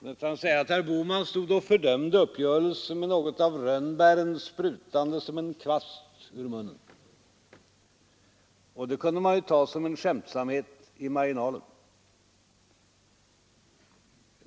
Herr Bohman stod och fördömde uppgörelsen med rönnbären sprutande som en kvast ur munnen. Och det kunde man ta som en skämtsamhet i marginalen.